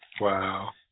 Wow